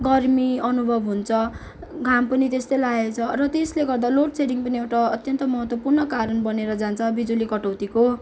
गर्मी अनुभव हुन्छ घाम पनि त्यस्तै लागेको छ र त्यसले गर्दा लोड सेडिङ पनि एउटा अत्यन्त महत्वपूर्ण कारण बनेर जान्छ बिजुली कटौतीको